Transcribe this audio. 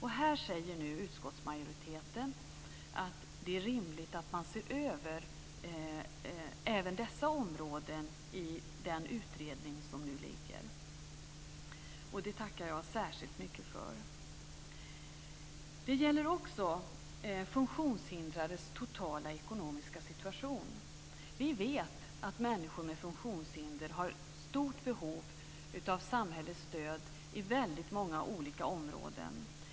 Här säger nu utskottsmajoriteten att det är rimligt att man ser över även dessa områden i den utredning som nu ligger. Det tackar jag särskilt mycket för. Vidare gäller det funktionshindrades totala ekonomiska situation. Vi vet att människor med funktionshinder har ett stort behov av samhällets stöd på väldigt många olika områden.